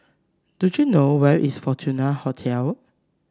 do you know where is Fortuna Hotel